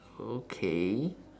okay